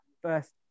first